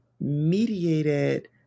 mediated